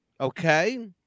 Okay